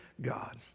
God